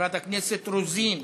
חברת הכנסת רוזין,